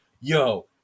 Yo